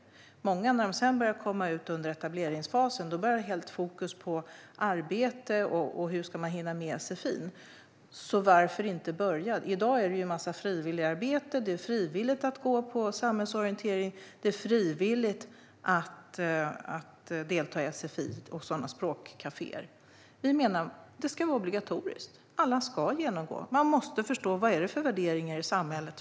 Sedan under etableringsfasen blir det fokus på arbete. Hur ska man hinna med sfi? Varför inte börja med det? I dag är det en massa frivilligarbete. Det är frivilligt att gå på samhällsorientering. Det är frivilligt att delta i sfi och språkkaféer. Vi menar att det ska vara obligatoriskt. Alla ska genomgå detta. Man måste från dag ett förstå vad det är för värderingar i samhället.